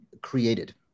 created